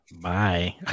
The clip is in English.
Bye